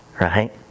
Right